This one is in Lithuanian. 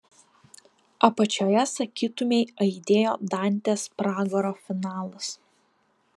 apačioje sakytumei aidėjo dantės pragaro finalas